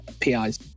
pis